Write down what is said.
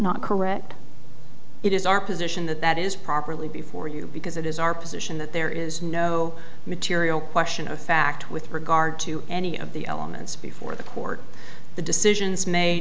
not correct it is our position that that is properly before you because it is our position that there is no material question of fact with regard to any of the elements before the court the decisions made